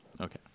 Okay